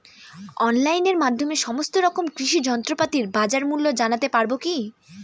অনলাইনের মাধ্যমে সমস্ত রকম কৃষি যন্ত্রপাতির বাজার মূল্য জানতে পারবো কি?